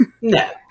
no